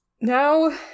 now